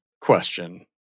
question